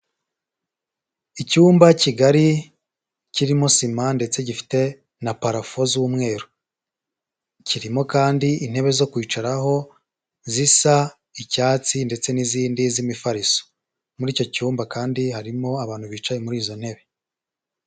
Icyumba kigari kirimo sima ndetse gifite na parafo z'umweru, kirimo kandi intebe zo kwicaraho zisa icyatsi ndetse n'izindi z'imifariso, muri icyo cyumba kandi harimo abantu bicaye muri izo ntebe.